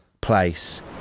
place